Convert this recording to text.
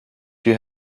you